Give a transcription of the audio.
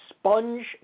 sponge